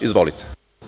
Izvolite.